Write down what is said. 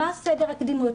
מה סדר הקדימויות?